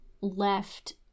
left